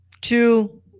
two